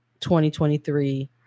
2023